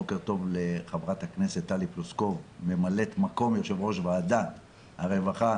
בוקר טוב לח"כ טלי פלוסקוב, מ"מ יו"ר ועדת הרווחה